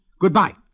Goodbye